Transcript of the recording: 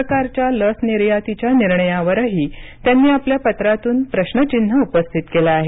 सरकारच्या लस निर्यातीच्या निर्णयावरही त्यांनी आपल्या पत्रातून प्रश्नचिन्ह उपस्थित केलं आहे